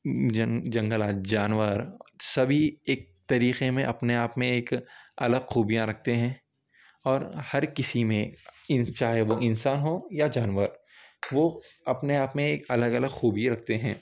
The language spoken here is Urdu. جنگ جنگلات جانور سبھی ایک طریقے میں اپنے آپ میں ایک الگ خوبیاں رکھتے ہیں اور ہر کسی میں ان چاہے وہ انساں ہو یا جانور وہ اپنے آپ میں ایک الگ الگ خوبی رکھتے ہیں